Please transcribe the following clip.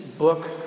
book